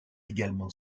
également